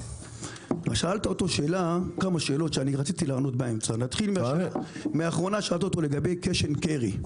שאלת אותו שאלה, שאלת אותו לגבי Cash and carry.